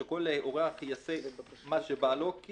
שכל אורח יעשה מה שבא לו,